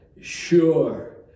sure